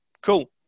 Cool